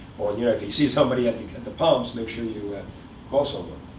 or you know, if you see somebody at the and pumps, make sure you and call someone.